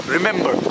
Remember